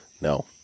No